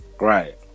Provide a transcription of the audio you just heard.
Right